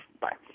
Bye